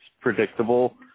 predictable